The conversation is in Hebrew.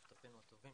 השותפים הטובים